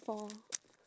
for